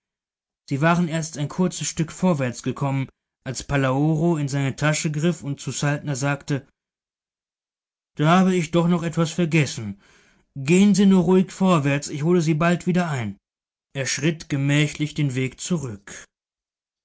sie waren erst ein kurzes stück vorwärts gekommen als palaoro in seine tasche griff und zu saltner sagte da habe ich doch noch etwas vergessen gehen sie nur ruhig vorwärts ich hole sie bald wieder ein er schritt gemächlich den weg zurück